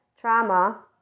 trauma